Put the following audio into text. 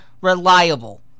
reliable